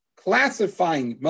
classifying